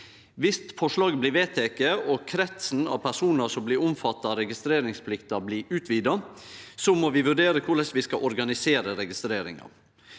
Viss forslaget blir vedteke og kretsen av personar som blir omfatta registreringsplikta, blir utvida, må vi vurdere korleis vi skal organisere registreringa.